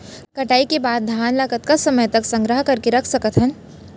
कटाई के बाद धान ला कतका समय तक संग्रह करके रख सकथन?